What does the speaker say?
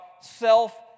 self